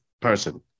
person